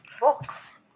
books